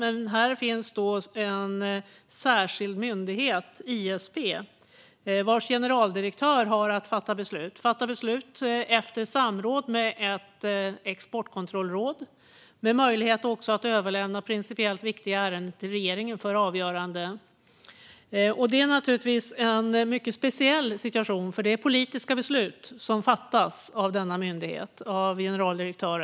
Men här finns en särskild myndighet, ISP, vars generaldirektör har att fatta beslut efter samråd med ett exportkontrollråd med möjlighet att överlämna principiellt viktiga ärenden till regeringen för avgörande. Det är en mycket speciell situation, för det är politiska beslut som fattas av denna myndighet och dess generaldirektör.